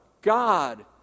God